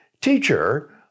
Teacher